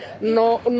no